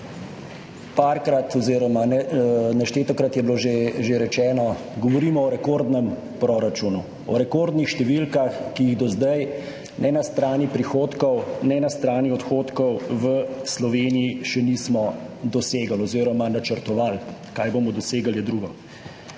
proračun 2023. Neštetokrat je bilo že rečeno, da govorimo o rekordnem proračunu, o rekordnih številkah, ki jih do zdaj ne na strani prihodkov ne na strani odhodkov v Sloveniji še nismo dosegli oziroma načrtovali. Kaj bomo dosegli, je drugo.